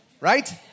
right